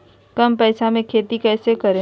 कम पैसों में खेती कैसे करें?